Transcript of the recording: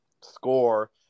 score